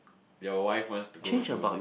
your wife wants to go to